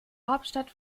hauptstadt